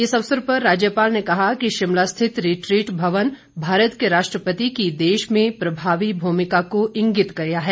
इस अवसर पर राज्यपाल ने कहा कि शिमला रिथित रिट्रीट भवन भारत के राष्ट्रपति की देश में प्रभावी भूमिका को इंगित किया है